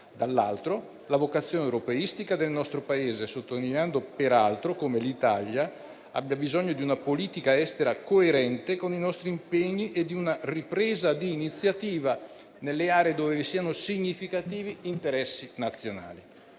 dall'altro, la vocazione europeistica del nostro Paese, sottolineando peraltro come l'Italia abbia bisogno di una politica estera coerente con i nostri impegni e di una ripresa di iniziativa nelle aree dove vi siano significativi interessi nazionali.